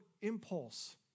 impulse